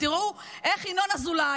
תראו איך ינון אזולאי,